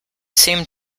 seemed